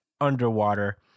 underwater